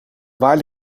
waar